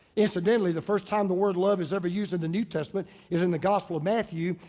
incidentally, the first time the word love is ever used in the new testament is in the gospel of matthew,